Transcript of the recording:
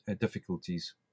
difficulties